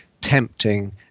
tempting